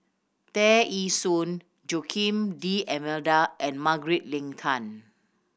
Tear Ee Soon Joaquim D'Almeida and Margaret Leng Tan